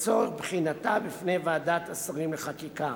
לצורך בחינתה בפני ועדת השרים לחקיקה.